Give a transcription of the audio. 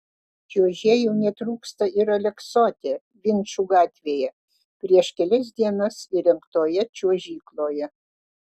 čiuožėjų netrūksta ir aleksote vinčų gatvėje prieš kelias dienas įrengtoje čiuožykloje